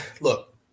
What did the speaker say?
look